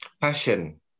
passion